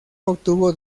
obtuvo